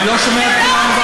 אני לא שומע את כולם,